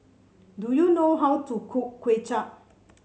do you know how to cook Kuay Chap